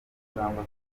cyangwa